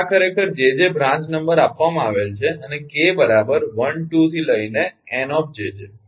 તેથી આ ખરેખર 𝑗𝑗 બ્રાંચ નંબર આપવામાં આવેલ છે અને 𝑘 1 2 𝑁 𝑗𝑗